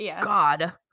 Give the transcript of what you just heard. god